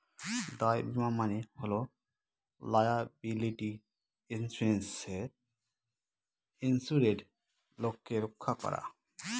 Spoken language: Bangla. দায় বীমা মানে হল লায়াবিলিটি ইন্সুরেন্সে ইন্সুরেড লোককে রক্ষা করা